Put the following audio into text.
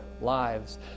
lives